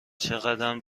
چقدم